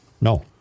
No